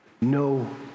no